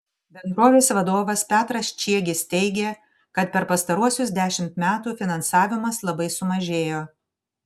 bendrovės vadovas petras čiegis teigė kad per pastaruosius dešimt metų finansavimas labai sumažėjo